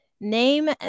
name